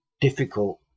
difficult